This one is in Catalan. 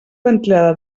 ventilada